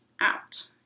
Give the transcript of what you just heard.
out